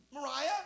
Mariah